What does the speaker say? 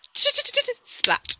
Splat